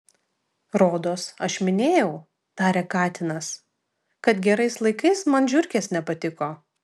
rodos aš minėjau tarė katinas kad gerais laikais man žiurkės nepatiko